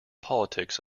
politics